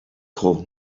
call